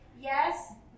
yes